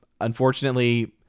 Unfortunately